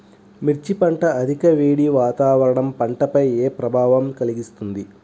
మిర్చి పంట అధిక వేడి వాతావరణం పంటపై ఏ ప్రభావం కలిగిస్తుంది?